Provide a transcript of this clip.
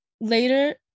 later